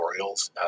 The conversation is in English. tutorials